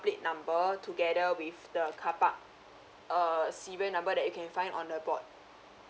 plate number together with the car park err serial number that you can find on the board